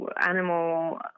animal